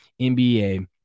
nba